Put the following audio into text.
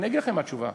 אגיד לכם מה התשובה.